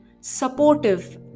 supportive